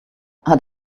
hat